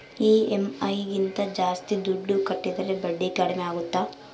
EMI ಗಿಂತ ಜಾಸ್ತಿ ದುಡ್ಡು ಕಟ್ಟಿದರೆ ಬಡ್ಡಿ ಕಡಿಮೆ ಆಗುತ್ತಾ?